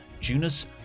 Junus